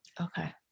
Okay